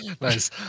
Nice